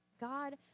God